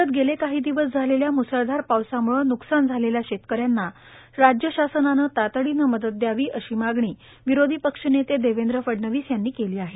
राज्यात गेले काही दिवस झालेल्या म्सळधार पावसाम्ळे न्कसान झालेल्या शेतकऱ्यांना राज्य शासनानं तातडीनं मदत द्यावी अशी मागणी विरोधी पक्षनेते देवेंद्र फडणवीस यांनी केली आहे